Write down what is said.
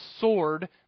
sword